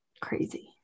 crazy